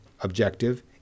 objective